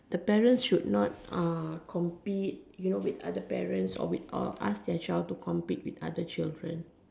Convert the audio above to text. the parents should not uh compete you know with other parents or with or ask their child to compete with other children